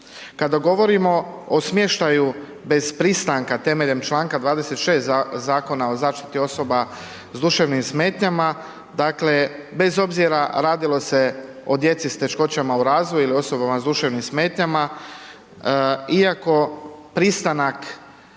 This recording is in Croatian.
Kada govorimo o smještaju bez pristanka temeljem čl. 26 Zakona o zaštiti osoba s duševnim smetnjama, dakle, bez obzira radilo se o djeci s teškoćama u razvoju ili osobama s duševnim smetnjama, iako pristanak